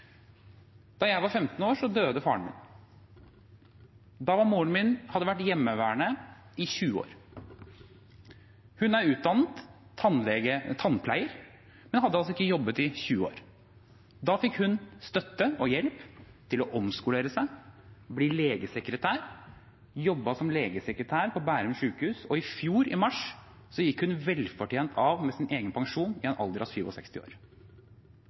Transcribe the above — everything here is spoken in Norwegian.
Da jeg var 15 år, døde faren min. Da hadde moren min vært hjemmeværende i 20 år. Hun er utdannet tannpleier, men hadde ikke jobbet på 20 år. Da fikk hun støtte og hjelp til å omskolere seg og bli legesekretær. Hun jobbet som legesekretær på Bærum sykehus, og i mars i fjor gikk hun velfortjent av med sin egen pensjon i en alder av 67 år.